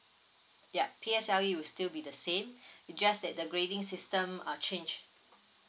yup P_S_L_E will still be the same just that the grading system uh change